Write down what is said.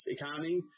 economy